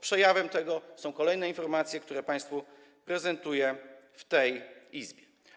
Przejawem tego są kolejne informacje, które państwu prezentuję w tej Izbie.